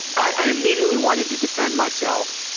i immediately wanted to defend myself,